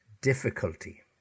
difficulty